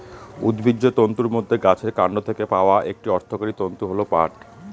উদ্ভিজ্জ তন্তুর মধ্যে গাছের কান্ড থেকে পাওয়া একটি অর্থকরী তন্তু হল পাট